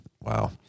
Wow